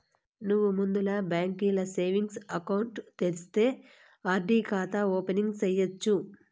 నువ్వు ముందల బాంకీల సేవింగ్స్ ఎకౌంటు తెరిస్తే ఆర్.డి కాతా ఓపెనింగ్ సేయచ్చు